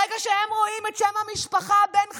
ברגע שהם רואים את שם המשפחה בן חמו,